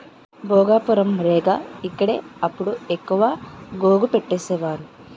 భోగాపురం, రేగ ఇక్కడే అప్పుడు ఎక్కువ గోగు పంటేసేవారు